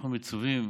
אנחנו מצווים